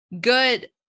good